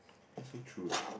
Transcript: that so true right